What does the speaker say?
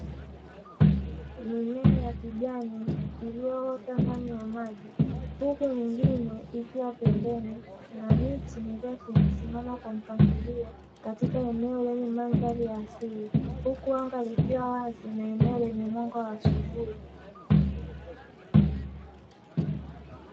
Mimea ya kijani iliyoota ndani ya maji huku mengine ikiwa pembeni na miti mirefu imesimama kwa mpangalio katika eneo lenye mandhari ya asili. Huku anga likiwa wazi na eneo lenye mwanga wa asubuhi.